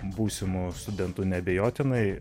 būsimu studentu neabejotinai